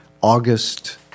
August